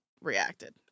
reacted